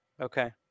okay